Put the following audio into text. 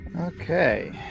Okay